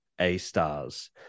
A-stars